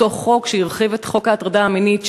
אותו חוק שהרחיב את חוק ההטרדה המינית,